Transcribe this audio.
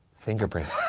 fingerprints.